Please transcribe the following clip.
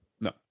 No